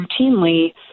routinely